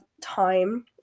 time